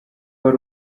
wari